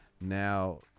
now